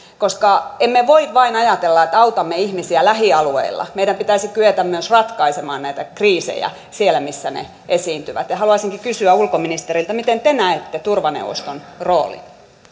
koska emme voi ajatella että autamme ihmisiä vain lähialueilla meidän pitäisi kyetä myös ratkaisemaan näitä kriisejä siellä missä ne esiintyvät haluaisinkin kysyä ulkoministeriltä miten te näette turvaneuvoston roolin